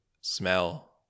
smell